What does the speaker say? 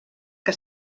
que